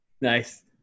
Nice